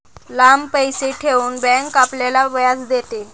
लांब पैसे ठेवून बँक आपल्याला व्याज देते